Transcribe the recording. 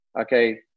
Okay